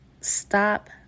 stop